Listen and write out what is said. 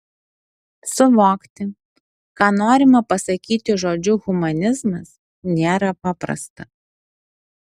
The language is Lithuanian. suvokti ką norima pasakyti žodžiu humanizmas nėra paprasta